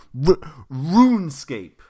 RuneScape